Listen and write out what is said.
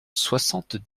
soixante